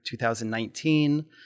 2019